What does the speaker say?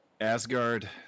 Asgard